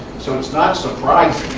so it's not surprising